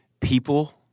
people